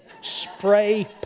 Spray